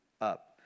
up